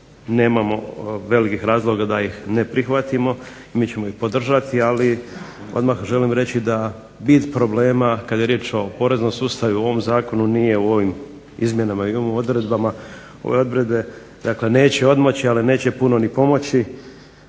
nemamo velikih razloga da ih ne prihvatimo. Mi ćemo ih podržati, ali odmah želim reći da bit problema kad je riječ o poreznom sustavu i u ovom zakonu nije u ovim izmjenama i u ovim odredbama. Ove odredbe neće odmoći, ali neće puno ni pomoći,